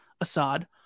Assad